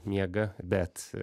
miega bet